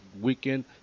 weekend